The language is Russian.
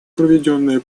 проведенное